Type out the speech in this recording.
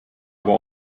aber